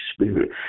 Spirit